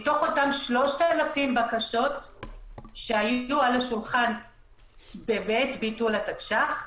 מתוך אותן 3,000 בקשות שהיו על השולחן בעת ביטול התקש"ח,